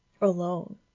alone